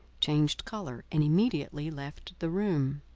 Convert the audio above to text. changed colour, and immediately left the room.